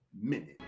minute